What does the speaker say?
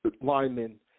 linemen